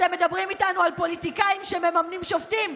אתם מדברים איתנו על פוליטיקאים שממנים שופטים?